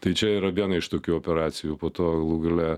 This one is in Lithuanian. tai čia yra viena iš tokių operacijų po to galų gale